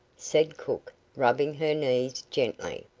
said cook, rubbing her knees gently.